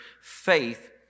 faith